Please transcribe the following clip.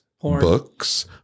books